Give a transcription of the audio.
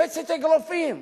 קופצת אגרופים.